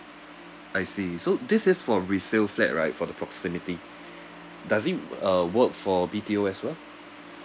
I see so this is for resale flat right for the proximity does it w~ uh work for B_T_O as well